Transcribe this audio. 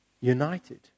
united